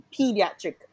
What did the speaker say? pediatric